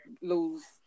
lose